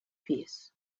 peace